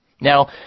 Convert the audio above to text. Now